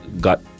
got